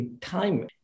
time